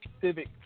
civic